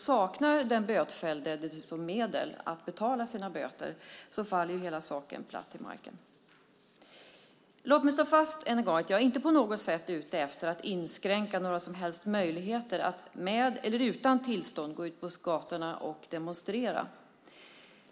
Saknar den bötfällde dessutom medel för att betala sina böter faller ju hela saken platt till marken. Låt mig än en gång slå fast att jag inte på något sätt är ute efter att inskränka några som helst möjligheter för människor att med eller utan tillstånd gå ut på gatorna och demonstrera.